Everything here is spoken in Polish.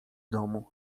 domu